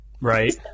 Right